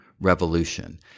revolution